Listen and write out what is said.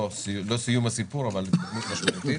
לא סיום הסיפור אבל התקדמות משמעותית.